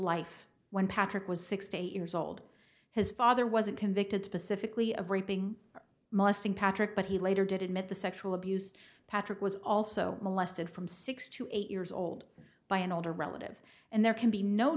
life when patrick was sixty eight years old his father wasn't convicted specifically of raping molesting patrick but he later did admit the sexual abuse patrick was also molested from six to eight years old by an older relative and there can